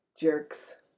jerks